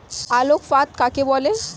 আলোক ফাঁদ কাকে বলে?